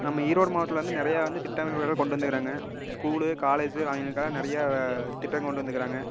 நம்ம ஈரோடு மாவட்டத்தில் வந்து நிறையா வந்து திட்டங்கள் வேற கொண்டு வந்துருக்குறாங்க ஸ்கூலு காலேஜு அவைங்களுக்கெல்லாம் நிறையா திட்டம் கொண்டு வந்துருக்குறாங்க